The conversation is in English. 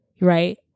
right